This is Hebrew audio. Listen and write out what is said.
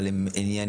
אבל הם ענייניים,